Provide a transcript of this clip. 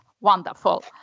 wonderful